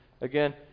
again